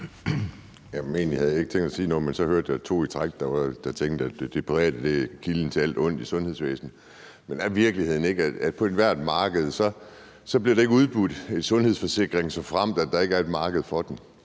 jeg ikke tænkt mig at sige noget, men så hørte jeg to i træk, der mente, at det private er kilden til alt ondt i sundhedsvæsenet. Men er virkeligheden ikke, at på ethvert marked bliver der ikke udbudt en sundhedsforsikring, såfremt der ikke er et marked for den,